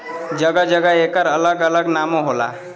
जगह जगह एकर अलग अलग नामो होला